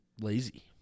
lazy